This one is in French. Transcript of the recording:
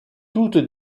toute